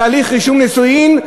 תהליך רישום נישואין,